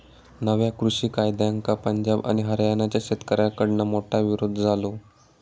नव्या कृषि कायद्यांका पंजाब आणि हरयाणाच्या शेतकऱ्याकडना मोठो विरोध झालो